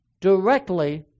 directly